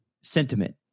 sentiment